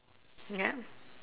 ya